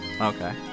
Okay